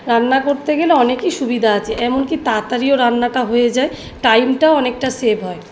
রান্না করতে গেলে অনেকই সুবিধা আছে এমনকি তাড়াতাড়িও রান্নাটা হয়ে যায় টাইমটাও অনেকটা সেভ হয়